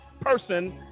person